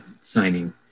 signing